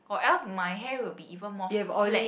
or else my hair will be even more flat